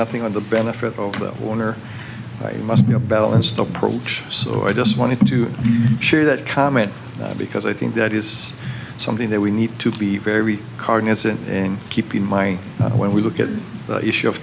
nothing on the benefit of the owner must be a balanced approach so i just wanted to share that comment because i think that is something that we need to be very cognizant and keep in mind when we look at the issue of